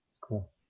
cool